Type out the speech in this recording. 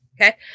okay